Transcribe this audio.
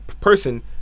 person